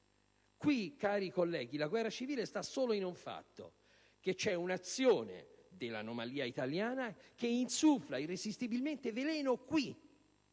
guerra civile? La guerra civile sta solo in un fatto: c'è un'azione dell'anomalia italiana che insuffla irresistibilmente veleno qui